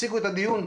תפסיקו את הדיון,